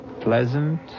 pleasant